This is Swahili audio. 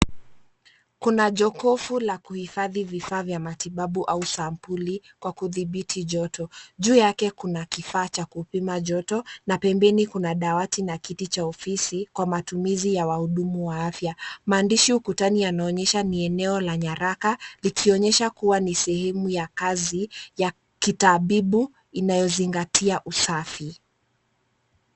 Kuna jokofu la kuhifadhi vifaa vya matibabu au sambuli kwa kudhibiti joto juu yake kuna kifaa cha kupima joto na pembeni kuna dawati na kiti cha ofisi kwa matumizi ya wahudumu wa afya maandishi ukutani yanaonyesha ni eneo la nyaraka likionyesha kuwa ni sehemu ya kazi ya kitabibu inayozingatia usafi.